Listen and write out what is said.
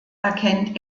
erkennt